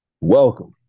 welcome